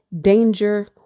danger